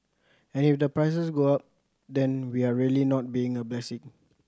and if the prices go up then we are really not being a blessing